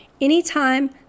Anytime